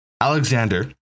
Alexander